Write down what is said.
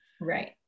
Right